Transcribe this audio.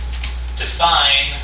define